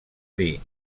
dir